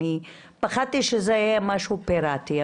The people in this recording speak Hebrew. אני פחדתי שזה משהו פיראטי.